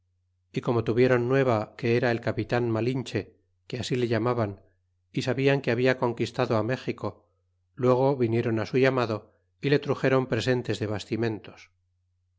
y como tuvieron nueva que era el capitan malinche que ansi le llamaban y sabian que habia conquistado méxico luego vinieron a su llamado y le truxeron presentes de basti